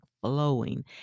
flowing